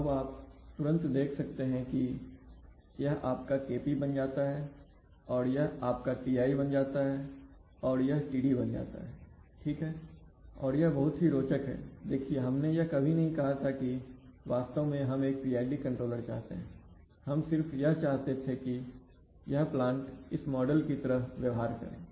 अब आप तुरंत देख सकते हैं कि यह आपका Kp बन जाता है और यह आपका Ti बन जाता है और यह Td बन जाता है ठीक है और यह बहुत ही रोचक है देखिए हमने यह कभी नहीं कहा था कि वास्तव में हम एक PID कंट्रोलर चाहते हैं हम सिर्फ यह चाहते थे कि यह प्लांट इस मॉडल की तरह व्यवहार करें